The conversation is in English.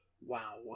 wow